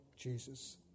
Jesus